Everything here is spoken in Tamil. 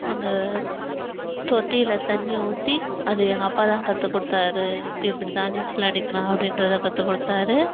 அந்த தொட்டியில் தண்ணி ஊற்றி அது எங்கள் அப்பாதான் கற்றுக் கொடுத்தாரு இப்படிதான் நீச்சல் அடிக்கணும் அப்படின்றத கற்றுக் கொடுத்தாரு